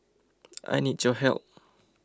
I need your help